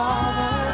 Father